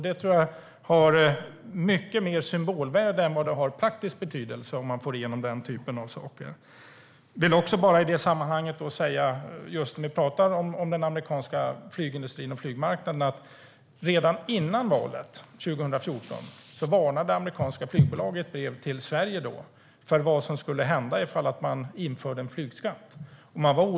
Det har mycket mer symbolvärde än vad det har praktisk betydelse om man får igenom den typen av saker. Om vi talar om den amerikanska flygindustrin och flygmarknaden varnade redan innan valet 2014 amerikanska flygbolag i brev till Sverige för vad som skulle hända skulle hända om det infördes en flygskatt.